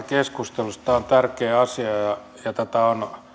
keskustelusta tämä on tärkeä asia ja tätä on